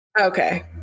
Okay